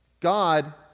God